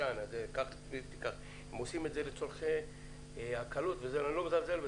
אלא לצורכי מחקר.